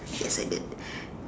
yes I did